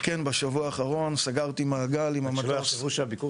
וכן בשבוע האחרון סגרתי מעגל --- שלא יחשבו שהביקור